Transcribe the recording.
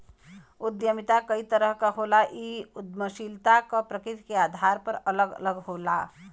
उद्यमिता कई तरह क होला इ उद्दमशीलता क प्रकृति के आधार पर अलग अलग होला